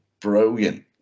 brilliant